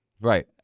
right